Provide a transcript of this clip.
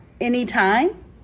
anytime